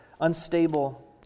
unstable